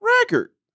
record